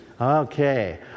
Okay